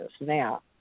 Now